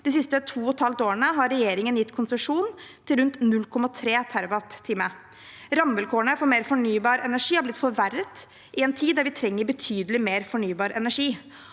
De siste to og et halvt årene har regjeringen gitt konsesjon til rundt 0,3 TWh. Rammevilkårene for mer fornybar energi har blitt forverret i en tid da vi trenger betydelig mer fornybar energi.